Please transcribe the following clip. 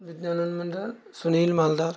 Nityanand Malda Sunil Malda